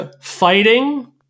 fighting